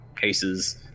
cases